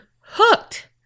hooked